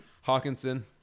Hawkinson